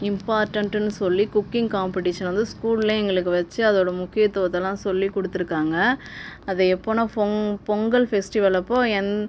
இம்பார்டன்ட்டுன்னு சொல்லி cooking competition வந்து ஸ்கூல்லே எங்களுக்கு வச்சு அதோடய முக்கியத்துவத்தலாம் சொல்லிக் கொடுத்துருக்காங்க அது எப்போனால் பொங் பொங்கல் ஃபெஸ்டிவல் அப்போது எந்